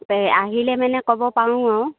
এই আহিলে মানে ক'ব পাৰোঁ আৰু